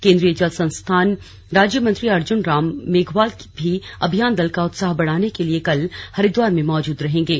केंद्रीय जल संस्थान राज्य मंत्री अर्जुन राम मेघवाल भी अभियान दल का उत्साह बढ़ाने के लिए कल हरिद्वार में मौजूद रहेंगे